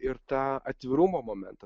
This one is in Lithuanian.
ir tą atvirumo momentą